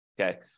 Okay